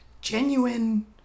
genuine